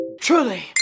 truly